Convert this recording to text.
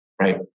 Right